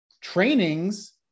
trainings